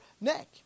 neck